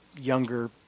younger